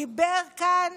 דיבר כאן